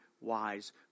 wise